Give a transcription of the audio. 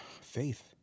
faith